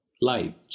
light